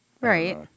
Right